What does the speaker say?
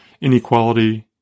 inequality